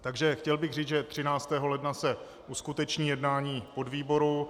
Takže chtěl bych říct, že 13. ledna se uskuteční jednání podvýboru.